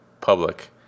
public